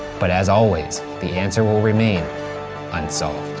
but as always, the answer will remain unsolved.